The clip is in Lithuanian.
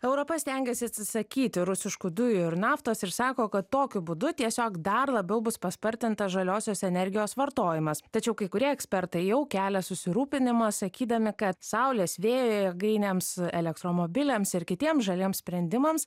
europa stengiasi atsisakyti rusiškų dujų ir naftos ir sako kad tokiu būdu tiesiog dar labiau bus paspartintas žaliosios energijos vartojimas tačiau kai kurie ekspertai jau kelia susirūpinimą sakydami kad saulės vėjo jėgainėms elektromobiliams ir kitiems žaliems sprendimams